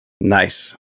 Nice